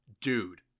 Dude